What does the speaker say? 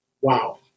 Wow